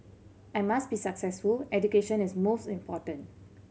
I must be successful education is most important